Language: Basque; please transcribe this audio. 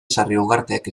sarriugartek